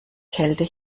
kälte